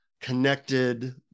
connected